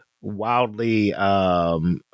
wildly –